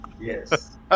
Yes